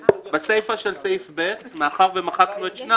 בסיפה של סעיף (ב), מאחר שמחקנו את (2),